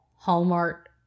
hallmark